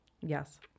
Yes